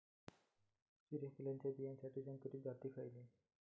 सूर्यफुलाच्या बियानासाठी संकरित जाती खयले?